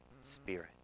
Spirit